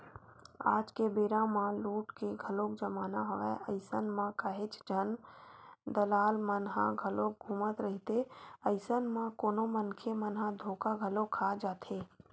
आज के बेरा म लूट के घलोक जमाना हवय अइसन म काहेच झन दलाल मन ह घलोक घूमत रहिथे, अइसन म कोनो मनखे मन ह धोखा घलो खा जाथे